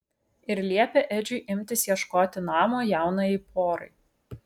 ir liepė edžiui imtis ieškoti namo jaunajai porai